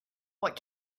what